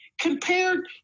compared